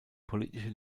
politische